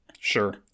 Sure